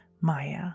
maya